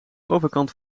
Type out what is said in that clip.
overkant